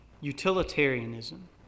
utilitarianism